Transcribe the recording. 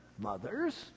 mothers